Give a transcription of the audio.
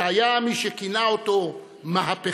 שהיה מי שכינה אותו 'מהפכה',